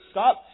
Stop